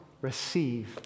receive